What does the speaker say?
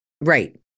Right